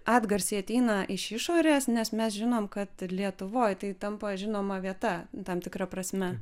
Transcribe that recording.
atgarsiai ateina iš išorės nes mes žinom kad lietuvoj tai tampa žinoma vieta tam tikra prasme